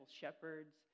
shepherds